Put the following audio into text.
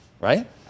right